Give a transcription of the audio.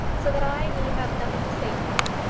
so that i need have nothing to say to him.